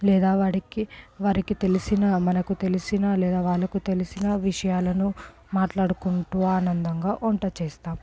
లేదా వాడికి వారికి తెలిసిన లేదా మనకు తెలిసిన లేదా వాళ్ళకు తెలిసిన విషయాలను మాట్లాడుకుంటూ ఆనందంగా వంట చేస్తాము